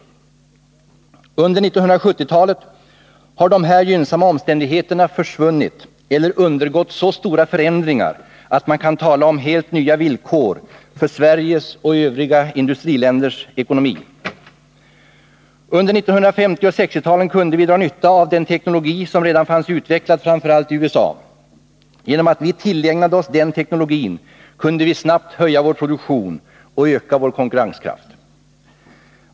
Under 1970-talet har dessa gynnsamma omständigheter försvunnit eller undergått så stora förändringar att man kan tala om helt nya villkor för Sveriges och övriga industriländers ekonomi. Under 1950 och 1960-talen kunde vi dra nytta av den teknologi som redan fanns utvecklad, framför allt i USA. Genom att vi tillägnade oss den teknologin kunde vi snabbt höja vår produktion och öka vår konkurrenskraft.